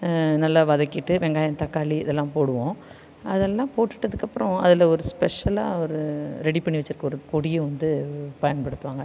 நல்லா வதக்கிவிட்டு வெங்காயம் தக்காளி இதல்லாம் போடுவோம் அது எல்லாம் போட்டுட்டதுக்கு அப்புறம் அதில் ஒரு ஸ்பெஷலாக ஒரு ரெடி பண்ணி வச்சுருக்க ஒரு பொடியை வந்து பயன்படுத்துவாங்க